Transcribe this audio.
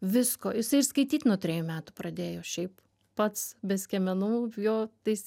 visko jisai skaityt nuo trejų metų pradėjo šiaip pats be skiemenų jo tais